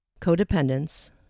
Codependence